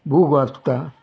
book वाचतां